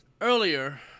earlier